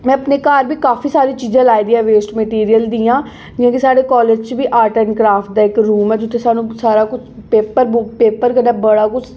में अपने घर बी काफी सारियां चीज़ा लाई दियां वेस्ट मिटीरल साढ़े कालज़ बी आर्ट एंड क्राफ्ट दा इक रूम है जित्थै स्हानूं सारा कुछ पैपर कन्नै सारा कुछ